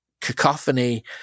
cacophony